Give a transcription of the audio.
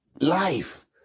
life